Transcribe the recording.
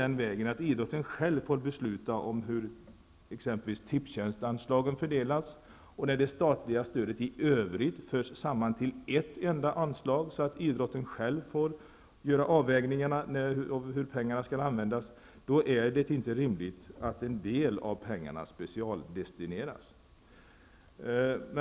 När idrotten nu själv får besluta om hur anslagen från exempelvis Tipstjänst fördelas och när det statliga stödet i övrigt förs samman till ett enda anslag, för att idrotten själv skall få göra avvägningarna om hur pengarna skall användas, så är det inte rimligt att en del av pengarna specialdestineras.